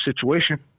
situation